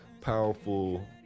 powerful